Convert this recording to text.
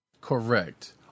Correct